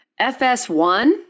FS1